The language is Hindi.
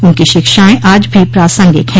उनकी शिक्षायें आज भी प्रासंगिक हैं